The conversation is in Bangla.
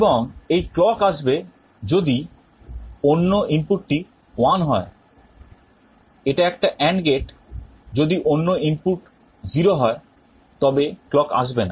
এবং এই clock আসবে যদি অন্য ইনপুটটি 1 হয় এটা একটা AND gate যদি অন্য ইনপুট 0 হয় তবে clock আসবে না